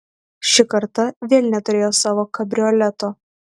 ši karta vėl neturėjo savo kabrioleto